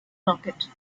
rocket